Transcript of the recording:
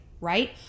right